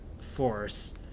force